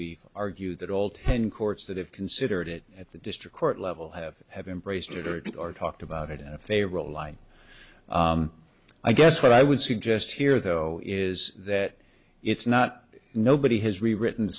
we argue that all ten courts that have considered it at the district court level have have embraced ordered or talked about it and if they roll a line i guess what i would suggest here though is that it's not nobody has rewritten